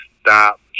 stop